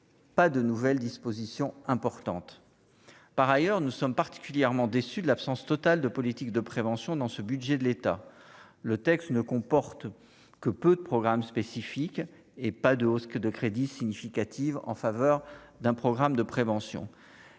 pas de nouvelles dispositions importantes, par ailleurs, nous sommes particulièrement déçu de l'absence totale de politique de prévention dans ce budget de l'État, le texte ne comporte que peu de programmes spécifiques et pas de hausse que de crédit significatives en faveur d'un programme de prévention